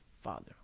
Father